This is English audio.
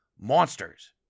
monsters